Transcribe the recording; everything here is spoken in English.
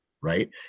right